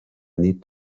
need